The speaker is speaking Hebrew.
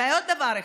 ועוד דבר אחד.